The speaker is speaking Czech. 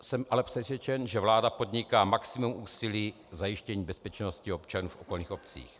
Jsem ale přesvědčen, že vláda podniká maximum úsilí k zajištění bezpečnosti občanů v okolních obcích.